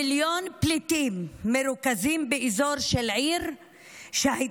מיליון פליטים מרוכזים באזור של עיר שבמקור